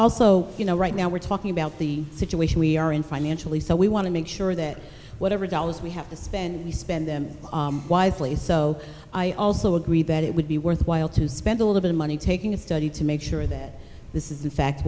also you know right now we're talking about the situation we are in financially so we want to make sure that whatever dollars we have to spend we spend them wisely so i also agree that it would be worthwhile to spend a little bit of money taking a study to make sure that this is in fact